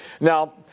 Now